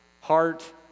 heart